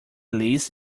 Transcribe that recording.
lease